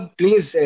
please